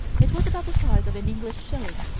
it was about the size of an english shilling,